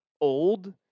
old